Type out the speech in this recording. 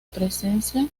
presencia